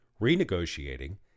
renegotiating